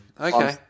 Okay